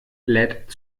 lädt